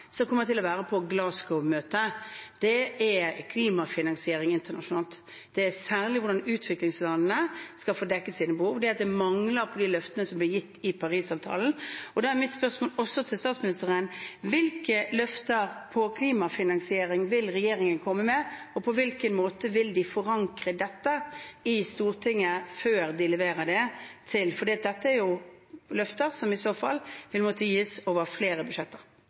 til å være klimafinansiering internasjonalt, og særlig hvordan utviklingslandene skal få dekket sine behov. Det mangler i de løftene som ble gitt i Parisavtalen. Da er mitt spørsmål til statsministeren: Hvilke løfter om klimafinansiering vil regjeringen komme med? Og på hvilken måte vil de forankre dette i Stortinget før de leverer det? Dette er jo løfter som i så fall vil måtte gis over flere budsjetter.